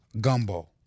gumbo